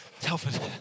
Telford